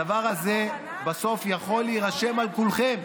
הדבר הזה בסוף יכול להירשם על כולכם,